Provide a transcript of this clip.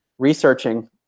Researching